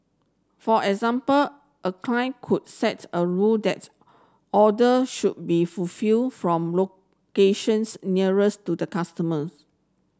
for example a client could sets a rule that's order should be fulfilled from locations nearest to customers